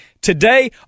Today